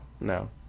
no